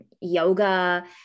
yoga